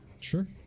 Sure